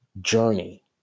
journey